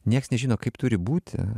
nieks nežino kaip turi būti